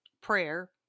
prayer